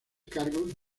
cargo